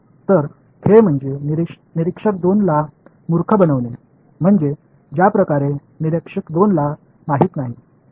तर खेळ म्हणजे निरिक्षक 2 ला मूर्ख बनवणे म्हणजे ज्या प्रकारे निरीक्षक 2 ला माहित नाही